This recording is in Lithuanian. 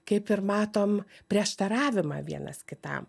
kaip ir matom prieštaravimą vienas kitam